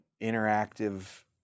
interactive